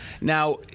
Now